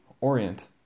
orient